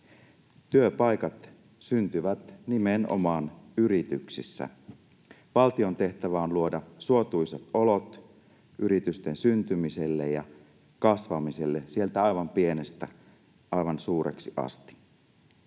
Työpaikat syntyvät nimenomaan yrityksissä. Valtion tehtävä on luoda suotuisat olot yritysten syntymiselle ja kasvamiselle sieltä aivan pienestä aivan suureksi asti.